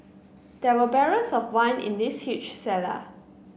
there were barrels of wine in this huge cellar